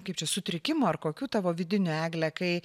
kaip čia sutrikimų ar kokių tavo vidinių egle kai